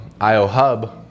IOHUB